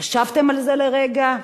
חשבתם על זה לרגע?